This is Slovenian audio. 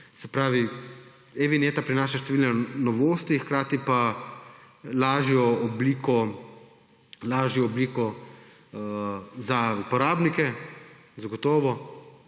denarja. E-vinjeta prinaša številne novosti, hkrati pa lažjo obliko za uporabnike, zagotovo.